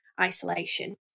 isolation